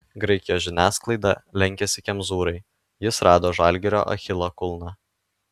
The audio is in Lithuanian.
graikijos žiniasklaida lenkiasi kemzūrai jis rado žalgirio achilo kulną